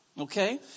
Okay